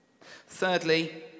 thirdly